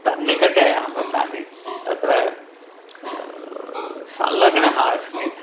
तन्निकटे अहं वसामि तत्र सल्लग्नः अस्मि